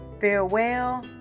farewell